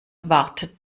wartet